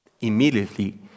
immediately